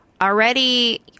already